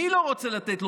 מי לא רוצה לתת לו?